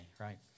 right